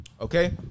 Okay